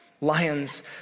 Lions